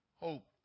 hope